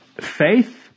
Faith